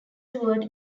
toward